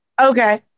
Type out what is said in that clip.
Okay